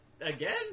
Again